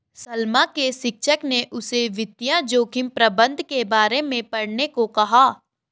सलमा के शिक्षक ने उसे वित्तीय जोखिम प्रबंधन के बारे में पढ़ने को कहा